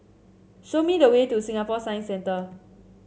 show me the way to Singapore Science Centre